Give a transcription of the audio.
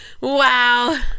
Wow